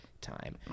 time